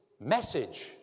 message